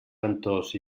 ventós